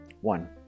One